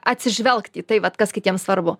atsižvelgt į tai vat kas kitiems svarbu